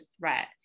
threat